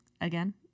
Again